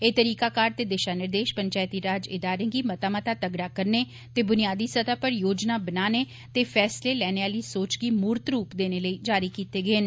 एह् तरीकाकार ते दिशा निर्देश पंचैती राज इदारें गी मता मता तगड़ा करने ते बुनियादी सतह पर योजनां बनाने ते फैसले लैने आली सोच गी मूरत रूप देने लेई जारी कीते गे न